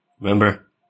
Remember